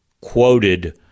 quoted